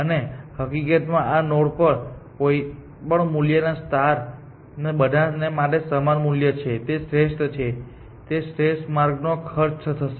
અને હકીકત માં આ નોડ પર કોઈપણ મૂલ્યના સ્ટાર નું બધા માટે સમાન મૂલ્ય છે તે શ્રેષ્ઠ છે તે શ્રેષ્ઠ માર્ગનો ખર્ચ થશે